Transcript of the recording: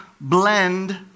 blend